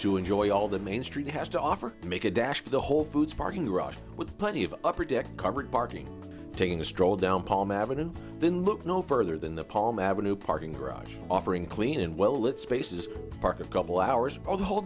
to enjoy all the main street has to offer to make a dash for the whole foods parking garage with plenty of upper deck covered parking taking a stroll down palm avenue then look no further than the palm avenue parking garage offering clean and well lit spaces park a couple hours old the whole